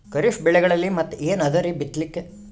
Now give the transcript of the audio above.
ಖರೀಫ್ ಬೆಳೆಗಳಲ್ಲಿ ಮತ್ ಏನ್ ಅದರೀ ಬಿತ್ತಲಿಕ್?